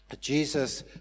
Jesus